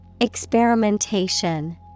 Experimentation